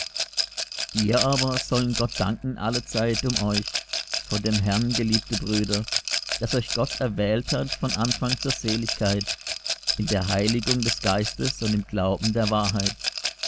wir aber sollen gott danken allezeit um euch von dem herrn geliebte brüder daß euch gott erwählt hat von anfang zur seligkeit in der heiligung des geistes und im glauben der wahrheit